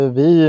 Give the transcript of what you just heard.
vi